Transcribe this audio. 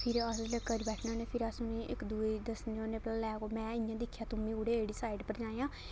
फिर अस जिसलै करी बैठने होन्ने फिर अस उ'नें गी इक दुऐ गी दस्सने होन्ने भला लै में इ'यै दिक्खेआ तुमी कूड़े एह्डी साइट उप्पर जायां